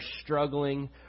struggling